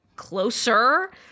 closer